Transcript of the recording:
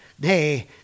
Nay